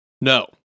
No